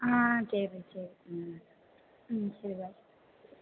ஆ சரி சரி ம் ம் சரி பை